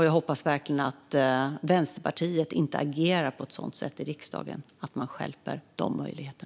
Jag hoppas verkligen att Vänsterpartiet inte agerar på ett sådant sätt i riksdagen att man stjälper dessa möjligheter.